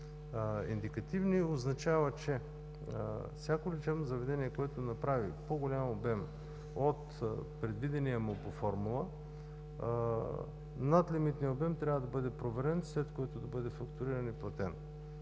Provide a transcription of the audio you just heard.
Индикативни означава, че всяко лечебно заведение, което направи по-голям обем от предвидения му по формула, надлимитният обем трябва да бъде проверен, след което да бъде фактуриран и платен.